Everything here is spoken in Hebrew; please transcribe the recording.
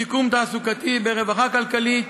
בשיקום תעסוקתי, ברווחה כלכלית,